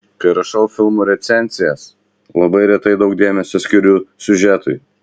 kai rašau filmų recenzijas labai retai daug dėmesio skiriu siužetui